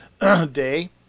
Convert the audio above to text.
day